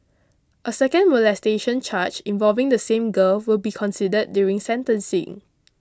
a second molestation charge involving the same girl will be considered during sentencing